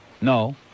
no